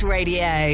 Radio